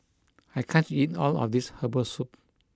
I can't eat all of this Herbal Soup